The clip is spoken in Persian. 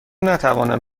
نتوانم